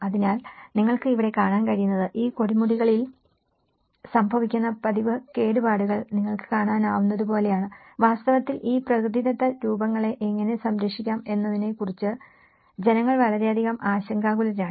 അതിനാൽ നിങ്ങൾക്ക് ഇവിടെ കാണാൻ കഴിയുന്നത് ഈ കൊടുമുടികളിൽ സംഭവിക്കുന്ന പതിവ് കേടുപാടുകൾ നിങ്ങൾക്ക് കാണാനാകുന്നതുപോലെയാണ് വാസ്തവത്തിൽ ഈ പ്രകൃതിദത്ത രൂപങ്ങളെ എങ്ങനെ സംരക്ഷിക്കാം എന്നതിനെക്കുറിച്ച് ജനങ്ങൾ വളരെയധികം ആശങ്കാകുലരാണ്